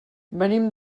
venim